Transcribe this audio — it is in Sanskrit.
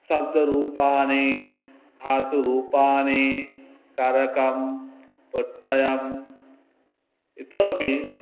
शब्दरूपाणि धातुरूपाणि कारकं वृत्तयः इतोपि